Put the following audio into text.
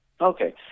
Okay